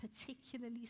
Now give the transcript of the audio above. particularly